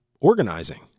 organizing